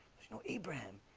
there's no abraham?